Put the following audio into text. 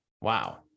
Wow